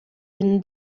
been